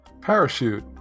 Parachute